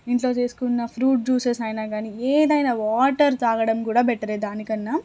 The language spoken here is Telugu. ఇంట్లో చేసుకున్న ఫ్రూట్ జ్యూసెస్ అయినా కానీ ఏదైనా వాటర్ తాగడం కూడా బెట్టరే దానికన్నా